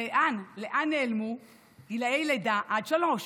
לאן, לאן נעלמו גילאי לידה עד שלוש?